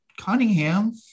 Cunningham